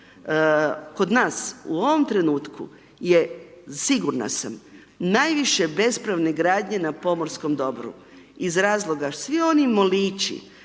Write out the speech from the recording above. Kod nas u ovom trenutku je, sigurna sam, najviše bespravne gradnje na pomorskom dobru iz razloga, svi oni molići,